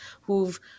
who've